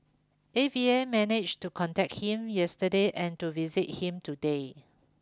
A V A managed to contact him yesterday and to visit him today